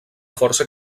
força